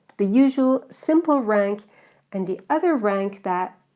the usual simple rank and the other rank that,